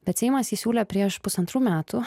bet seimas jį siūlė prieš pusantrų metų